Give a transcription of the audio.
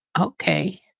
Okay